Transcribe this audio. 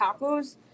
tacos